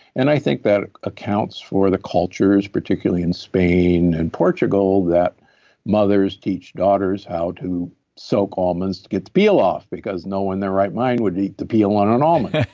and i think that accounts for the cultures particularly in spain and portugal, that mothers teach daughters how to soak almonds to get the peel off because no one in their right mind would eat the peel on an almond,